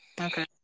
Okay